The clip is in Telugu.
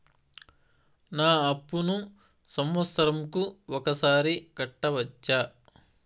నా అప్పును సంవత్సరంకు ఒకసారి కట్టవచ్చా?